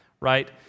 right